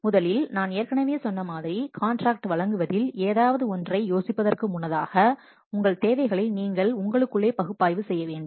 எனவே முதலில் நான் ஏற்கனவே சொன்ன மாதிரி காண்ட்ராக்ட் வழங்குவதில் ஏதாவது ஒன்றை யோசிப்பதற்கு முன்னதாக உங்கள் தேவைகளை நீங்களே உங்களுக்குள் பகுப்பாய்வு செய்ய வேண்டும்